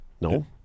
No